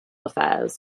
affairs